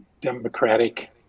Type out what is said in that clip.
Democratic